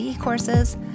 courses